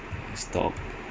you won't care unless